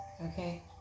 okay